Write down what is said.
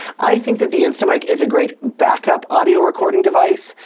i think that the instamic is a great backup audio recording device,